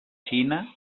xina